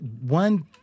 one